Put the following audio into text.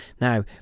Now